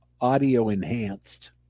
audio-enhanced